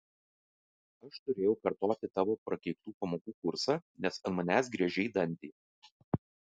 aš turėjau kartoti tavo prakeiktų pamokų kursą nes ant manęs griežei dantį